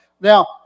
Now